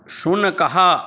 शुनकः